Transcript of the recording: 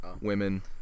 women